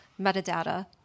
metadata